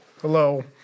Hello